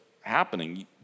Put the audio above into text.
happening